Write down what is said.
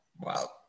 Wow